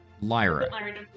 Lyra